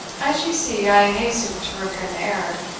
as you see, i hasten to repair the error.